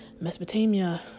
mesopotamia